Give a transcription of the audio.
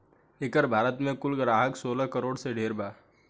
एकर भारत मे कुल ग्राहक सोलह करोड़ से ढेर बारे